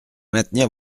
maintenir